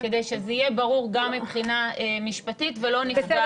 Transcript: כדי שזה יהיה ברור גם מבחינה משפטית ולא נפגע